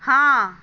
हॅं